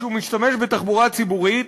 שמשתמש בתחבורה ציבורית,